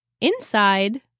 Inside